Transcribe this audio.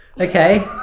okay